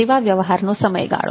સેવા વ્યવહારનો સમયગાળો